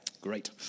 Great